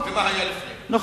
מה זאת אומרת ממי וממה, נכון.